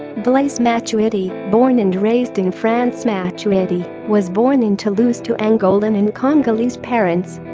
blaise matuidi born and raised in francematuidi was born in toulouse to angolan and congolese parents